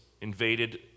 invaded